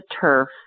turf